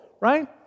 right